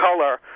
color